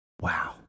wow